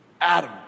Adam